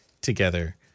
together